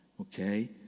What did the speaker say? okay